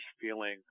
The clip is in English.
feeling